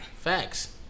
Facts